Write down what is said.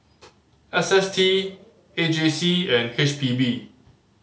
S S T A J C and H P B